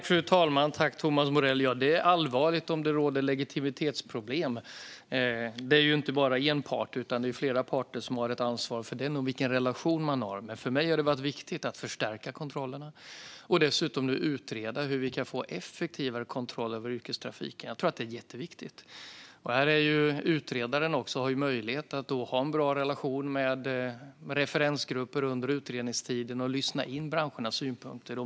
Fru talman! Det är allvarligt om det råder legitimitetsproblem. Det är inte bara en part, utan det är flera parter som har ansvar för vilken relation man har. För mig har det varit viktigt att förstärka kontrollerna och dessutom nu utreda hur vi kan få effektivare kontroll över yrkestrafiken. Jag tror att det är jätteviktigt. Utredaren har möjlighet att ha en bra relation med referensgrupper under utredningstiden och lyssna in branschernas synpunkter.